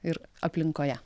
ir aplinkoje